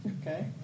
Okay